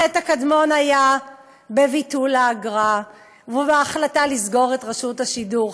החטא הקדמון היה ביטול האגרה וההחלטה לסגור את רשות השידור.